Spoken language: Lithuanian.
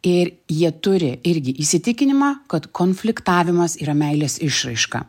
ir jie turi irgi įsitikinimą kad konfliktavimas yra meilės išraiška